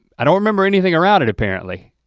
i don't remember anything around it apparently,